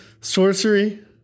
Sorcery